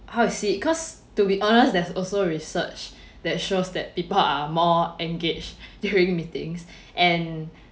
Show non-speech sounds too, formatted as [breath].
how to say it cause to be honest there's also research [breath] that shows that people are more engaged [laughs] during meetings and